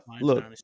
Look